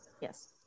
Yes